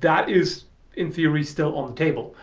that is in theory still on the table.